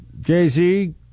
Jay-Z